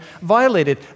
violated